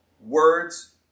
words